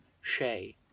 Shay